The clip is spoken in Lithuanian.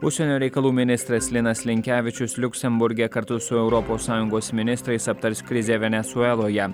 užsienio reikalų ministras linas linkevičius liuksemburge kartu su europos sąjungos ministrais aptars krizę venesueloje